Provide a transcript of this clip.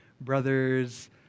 brothers